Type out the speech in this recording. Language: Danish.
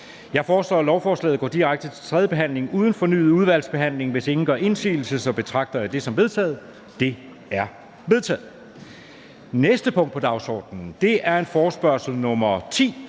Jeg foreslår, at lovforslaget går direkte til tredje behandling uden fornyet udvalgsbehandling. Hvis ingen gør indsigelse, betragter jeg det som vedtaget. Det er vedtaget. --- Det næste punkt på dagsordenen er: 36) Forespørgsel nr. F 10: